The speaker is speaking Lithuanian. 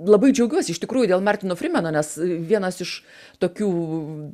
labai džiaugiuosi iš tikrųjų dėl martino frymeno nes vienas iš tokių